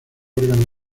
órgano